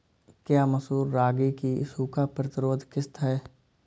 क्या मसूर रागी की सूखा प्रतिरोध किश्त है?